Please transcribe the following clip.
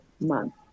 month